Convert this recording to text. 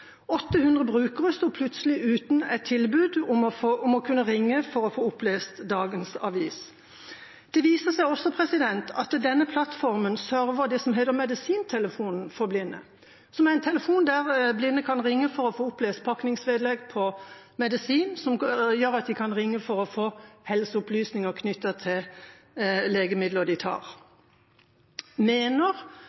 800 brukere sto plutselig uten et tilbud om å kunne ringe for å få opplest dagens avis. Det viste seg også at denne plattformen server det som heter medisintelefonen for blinde, som er en telefon blinde kan ringe til for å få opplest pakningsvedlegg til medisin og få helseopplysninger om legemidler de tar.